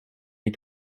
les